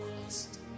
Christ